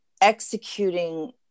executing